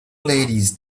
ladies